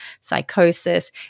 psychosis